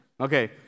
okay